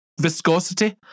viscosity